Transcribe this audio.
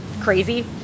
crazy